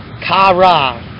Kara